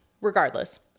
Regardless